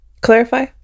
Clarify